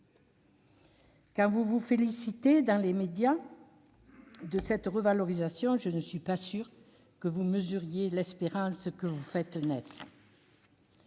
Quand vous vous félicitez, dans les médias, de cette revalorisation, je ne suis pas sûre que vous mesuriez bien l'espérance que vous faites naître.